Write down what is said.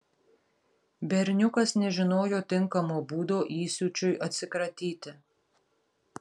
berniukas nežinojo tinkamo būdo įsiūčiui atsikratyti